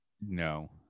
No